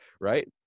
Right